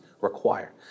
require